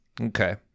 Okay